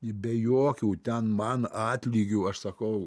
i be jokių ten man atlygių aš sakau